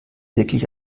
wirklich